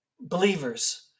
Believers